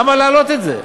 למה להעלות את זה?